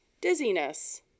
dizziness